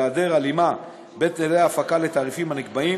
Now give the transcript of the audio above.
בהיעדר הלימה בהיטלי הפקה לתעריפים הנקבעים